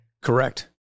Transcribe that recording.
Correct